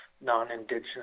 non-Indigenous